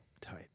Tight